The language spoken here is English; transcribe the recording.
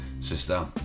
sister